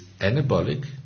anabolic